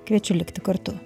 kviečiu likti kartu